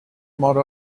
model